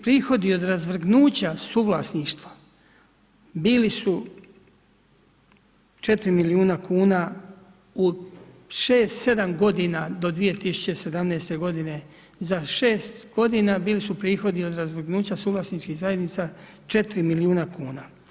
Prohodi od razvrgnuća suvlasništva bili su 4 milijuna kuna u 6, 7 godina do 2017. g., za 6 godina bili su prihodi od razvrgnuća suvlasničkih zajednica 4 milijuna kuna.